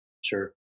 Sure